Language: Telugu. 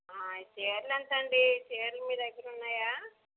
చీరలు అట అండి చీరలు మీ దగ్గరున్నాయా